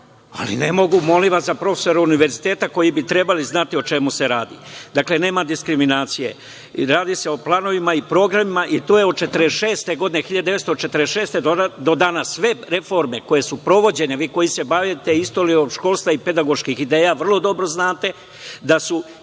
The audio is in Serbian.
ali ne mogu, molim vas, za profesore univerziteta koji bi trebali znati o čemu se radi. Dakle, nema diskriminacije i radi se o planovima i programima i to je od 1946. godine do danas. Sve reforme koje su provođene, vi koji se bavite istorijom školstva i pedagoških ideja vrlo dobro znate da su